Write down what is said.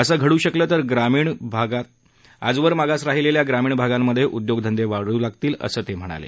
असं घडू शकलं तर आजवर मागास राहिलेल्या भागांमध्ये उद्योगधंदे वाढू लागतील असं ते म्हणाले